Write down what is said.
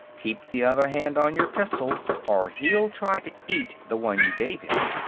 keep the other hand on your pistol or he'll try to eat the one you gave him!